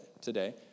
today